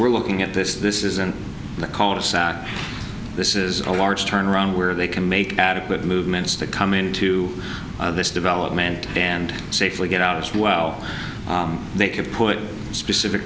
we're looking at this this isn't the color sat this is a large turn around where they can make adequate movements to come into this development and safely get out as well they can put specific